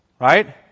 Right